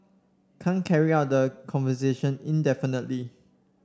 can't carry on the conversation indefinitely